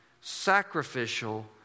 sacrificial